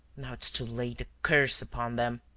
now it's too late! a curse upon them!